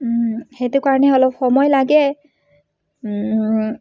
সেইটো কাৰণে অলপ সময় লাগে